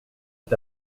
est